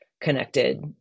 connected